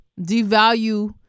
devalue